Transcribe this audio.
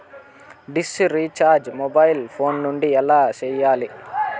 dish recharge mobile phone నుండి ఎలా సేయాలి